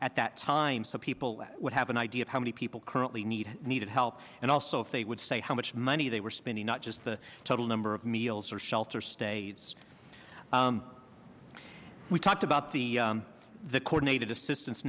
at that time so people would have an idea of how many people currently need needed help and also if they would say how much money they were spending not just the total number of meals or shelter stays we talked about the the coordinated assistance